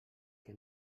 que